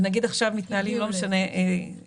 ונגיד עכשיו מתנהלים אחד